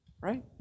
Right